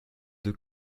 deux